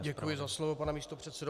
Děkuji za slovo, pane místopředsedo.